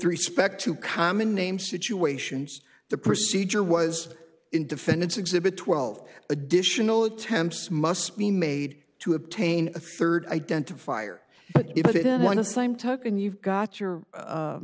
respect to common name situations the procedure was in defendant's exhibit twelve additional attempts must be made to obtain a third identifier you put it in one of the same took and you've got your